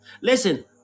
listen